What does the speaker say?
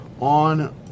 On